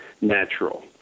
natural